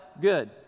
Good